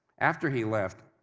after he left,